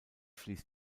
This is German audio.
fließt